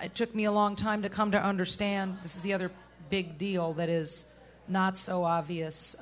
it took me a long time to come to understand this is the other big deal that is not so obvious